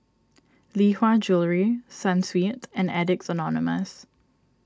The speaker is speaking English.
Lee Hwa Jewellery Sunsweet and Addicts Anonymous